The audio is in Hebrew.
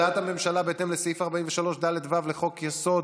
הודעת הממשלה בהתאם לסעיף 43ד(ו) לחוק-יסוד: